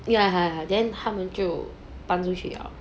ya ah then 他们就搬出去了